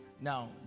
now